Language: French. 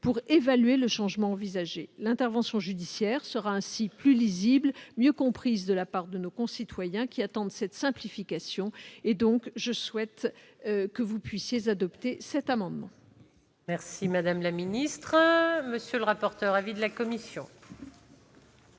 pour évaluer le changement envisagé. L'intervention judiciaire sera ainsi plus lisible et mieux comprise de la part de nos concitoyens, qui attendent cette simplification. Je souhaite donc que vous puissiez adopter cet amendement, mesdames, messieurs les sénateurs. Quel est l'avis de la commission